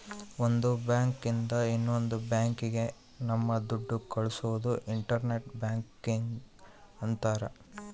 ಒಂದ್ ಬ್ಯಾಂಕ್ ಇಂದ ಇನ್ನೊಂದ್ ಬ್ಯಾಂಕ್ ಗೆ ನಮ್ ದುಡ್ಡು ಕಳ್ಸೋದು ಇಂಟರ್ ಬ್ಯಾಂಕಿಂಗ್ ಅಂತಾರ